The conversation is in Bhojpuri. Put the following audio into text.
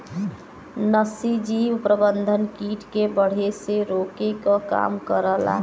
नाशीजीव प्रबंधन कीट के बढ़े से रोके के काम करला